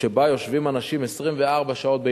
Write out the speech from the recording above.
שבה יושבים אנשים 24 שעות ביממה,